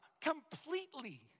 completely